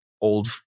old